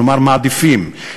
כלומר מעדיפים,